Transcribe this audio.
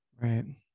right